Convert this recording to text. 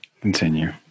Continue